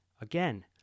Again